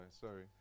Sorry